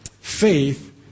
faith